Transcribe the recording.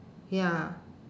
ya